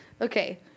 okay